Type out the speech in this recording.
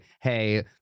hey